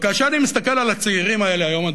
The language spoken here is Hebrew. כאשר אני מסתכל על הצעירים האלה היום,